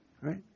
Right